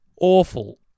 awful